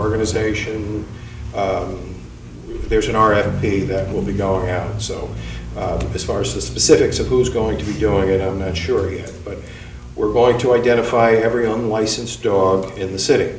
organization there's an r f p that will be going out so as far as the specifics of who's going to be doing it i'm not sure yet but we're going to identify every i'm licensed dog in the